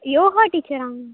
yoga டீச்சராங்